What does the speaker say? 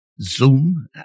Zoom